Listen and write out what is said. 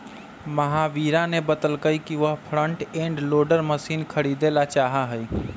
महावीरा ने बतल कई कि वह फ्रंट एंड लोडर मशीन खरीदेला चाहा हई